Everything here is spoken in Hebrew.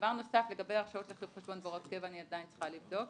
דבר נוסף, לגבי הרשאות אני עדיין צריכה לבדוק.